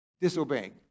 disobeying